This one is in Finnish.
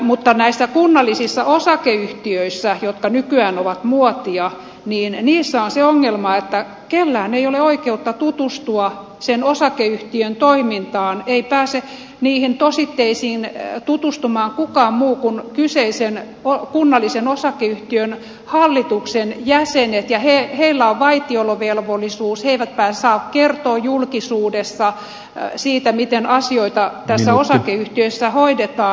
mutta näissä kunnallisissa osakeyhtiöissä jotka nykyään ovat muotia on se ongelma että kellään ei ole oikeutta tutustua sen osakeyhtiön toimintaan eivät niihin tositteisiin pääse tutustumaan ketkään muut kuin kyseisen kunnallisen osakeyhtiön hallituksen jäsenet ja heillä on vaitiolovelvollisuus he eivät saa kertoa julkisuudessa siitä miten asioita tässä osakeyhtiössä hoidetaan